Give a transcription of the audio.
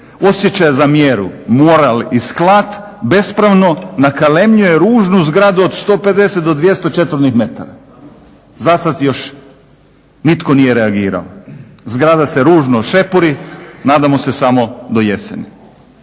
osjećaja za mjeru …/Ne razumije se./… bespravno, nakalemljuje ružnu zgradu od 150 do 200 četvornih metra. Zasad još nitko nije reagirao. Zgrada se ružno šepuri, nadamo se samo do jeseni.